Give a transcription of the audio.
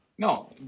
No